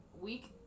week